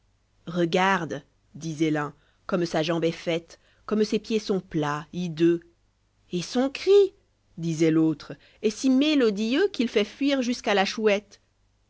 regarde disoit l'un comme sa jambe est faite comme ses pieds sont plats hideux et son cri disoit l'autre est si mélodieux qu'il fait fuir jusqu'à la chouette